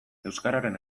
euskararen